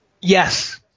Yes